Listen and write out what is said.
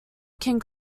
can